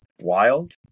Wild